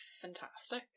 fantastic